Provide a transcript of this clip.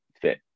fit